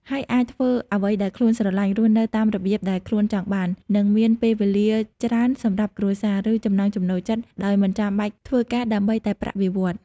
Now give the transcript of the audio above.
ហើយអាចធ្វើអ្វីដែលខ្លួនស្រឡាញ់ រស់នៅតាមរបៀបដែលខ្លួនចង់បាន និងមានពេលវេលាច្រើនសម្រាប់គ្រួសារ ឬចំណង់ចំណូលចិត្ត ដោយមិនចាំបាច់ធ្វើការដើម្បីតែប្រាក់បៀវត្សរ៍។